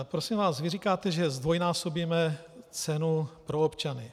Prosím vás, vy říkáte, že zdvojnásobíme cenu pro občany.